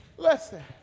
Listen